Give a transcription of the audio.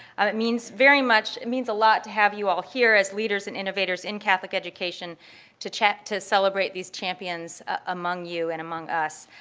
it means very much, it means a lot to have you all here as leaders and innovators in catholic education to chat to celebrate these champions among you and among us.